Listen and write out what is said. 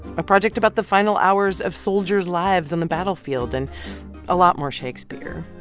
a project about the final hours of soldiers' lives on the battlefield and a lot more shakespeare